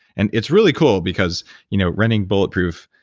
and it's really cool because you know running bulletproof,